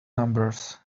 numbers